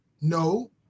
no